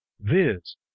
viz